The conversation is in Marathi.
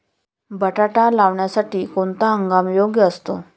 बटाटा लावण्यासाठी कोणता हंगाम योग्य असतो?